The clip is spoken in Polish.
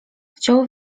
chciał